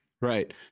Right